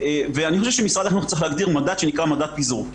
אני חושב שמשרד החינוך צריך להגדיר מדד שנקרא מדד פיזור.